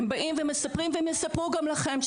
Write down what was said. הם באים ומספרים והם יספרו גם לכם,